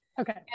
okay